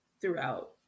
throughout